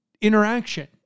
interaction